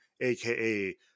aka